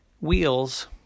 wheels